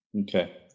Okay